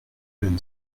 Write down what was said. been